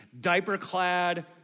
diaper-clad